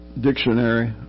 dictionary